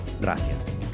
Gracias